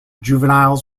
juveniles